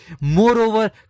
Moreover